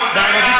בבקשה,